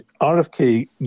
RFK